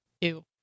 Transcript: Ew